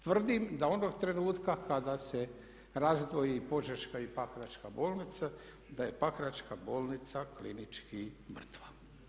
Tvrdim da onog trenutka kada se razdvoji Požeška i Pakračka bolnica da je Pakračka bolnica klinički mrtva.